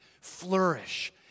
flourish